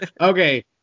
Okay